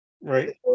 Right